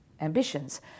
ambitions